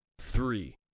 three